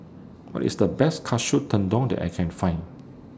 What IS The Best Katsu Tendon that I Can Find